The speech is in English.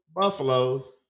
Buffaloes